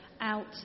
out